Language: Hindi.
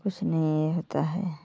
कुछ नहीं होता है